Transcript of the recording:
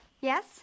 Yes